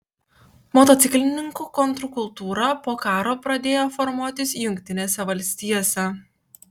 motociklininkų kontrkultūra po karo pradėjo formuotis jungtinėse valstijose